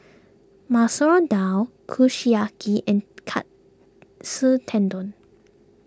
Masoor Dal Kushiyaki and Katsu Tendon